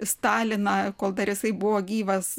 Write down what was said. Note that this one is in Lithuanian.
staliną kol dar jisai buvo gyvas